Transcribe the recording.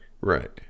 right